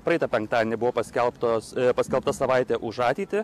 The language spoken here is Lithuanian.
praeitą penktadienį buvo paskelbtos paskelbta savaitė už ateitį